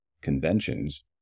conventions